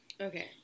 Okay